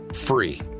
free